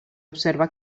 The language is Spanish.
observa